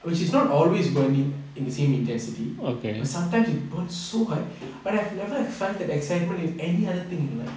which is not always burning in the same intensity but sometimes it burns so hot but I've never felt that excitement in any other thing in life